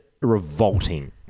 revolting